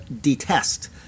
detest